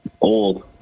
old